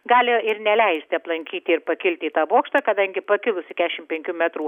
gali ir neleisti aplankyti ir pakilti į tą bokštą kadangi pakilus į kešim penkių metrų